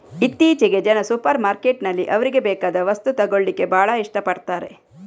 ಇತ್ತೀಚೆಗೆ ಜನ ಸೂಪರ್ ಮಾರ್ಕೆಟಿನಲ್ಲಿ ಅವ್ರಿಗೆ ಬೇಕಾದ ವಸ್ತು ತಗೊಳ್ಳಿಕ್ಕೆ ಭಾಳ ಇಷ್ಟ ಪಡ್ತಾರೆ